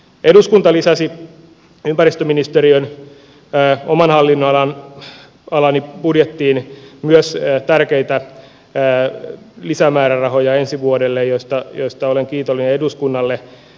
eduskunta lisäsi ympäristöministeriön oman hallinnonalani budjettiin ensi vuodelle myös tärkeitä lisämäärärahoja joista olen kiitollinen eduskunnalle